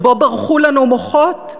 שבו ברחו לנו מוחות.